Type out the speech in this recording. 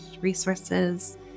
resources